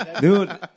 Dude